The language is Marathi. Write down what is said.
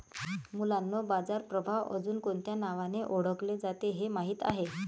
मुलांनो बाजार प्रभाव अजुन कोणत्या नावाने ओढकले जाते हे माहित आहे?